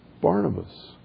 Barnabas